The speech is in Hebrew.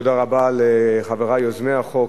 תודה רבה לחברי יוזמי החוק,